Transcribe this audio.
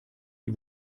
die